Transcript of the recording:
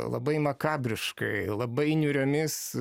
labai makabriškai labai niūriomis